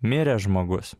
mirė žmogus